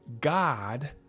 god